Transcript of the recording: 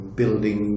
building